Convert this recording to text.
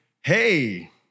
hey